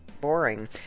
boring